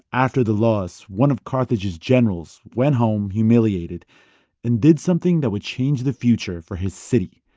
after the loss, one of carthage's generals went home humiliated and did something that would change the future for his city.